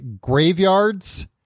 Graveyards